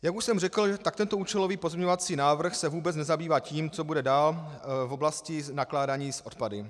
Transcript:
Jak už jsem řekl, tak tento účelový pozměňovací návrh se vůbec nezabývá tím, co bude dál v oblasti nakládání s odpady.